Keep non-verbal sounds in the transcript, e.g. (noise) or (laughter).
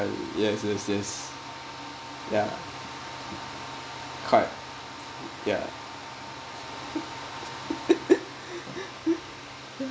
uh yes yes yes ya quite ya (laughs)